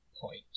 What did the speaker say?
point